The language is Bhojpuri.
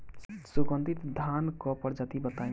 सुगन्धित धान क प्रजाति बताई?